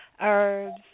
herbs